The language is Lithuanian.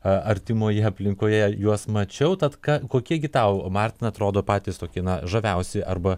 artimoje aplinkoje juos mačiau tad ką kokie gi tau martina atrodo patys tokie žaviausi arba